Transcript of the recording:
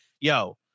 yo